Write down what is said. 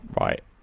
Right